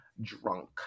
drunk